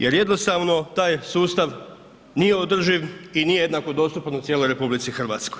Jer jednostavno taj sustav nije održiv i nije jednako dostupan u cijeloj RH.